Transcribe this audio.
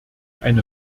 eine